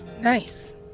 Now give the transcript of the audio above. nice